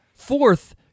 Fourth